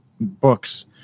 books